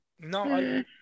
No